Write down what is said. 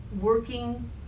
Working